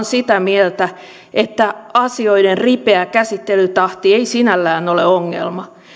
sitä mieltä että asioiden ripeä käsittelytahti ei sinällään ole ongelma